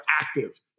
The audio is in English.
active